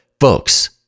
folks